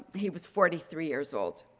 he was forty three years old.